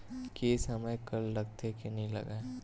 के समय कर लगथे के नइ लगय?